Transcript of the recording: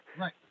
Right